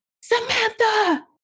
Samantha